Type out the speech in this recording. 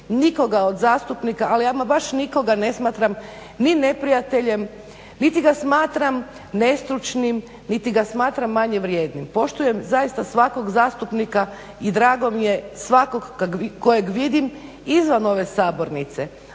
nikoga od zastupnika, ali ama baš nikoga ne smatram ni neprijateljem niti ga smatram nestručnim, niti ga smatram manje vrijednim. Poštujem zaista svakog zastupnika i drago mi je svakog kojeg vidim izvan ove sabornice.